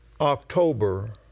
October